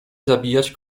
zabijać